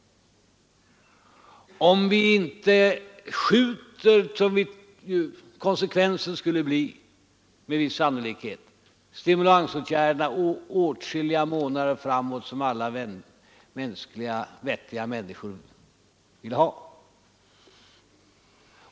Konsekvensen skulle då med sannolikhet bli att de stimulansåtgärder, som alla vettiga människor vill ha, fick skjutas åtskilliga månader framåt.